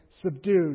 subdued